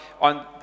on